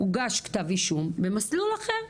הוגש כתב אישום במסלול אחר,